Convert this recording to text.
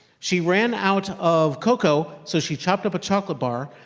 she ran out of cocoa so she chopped up a chocolate bar,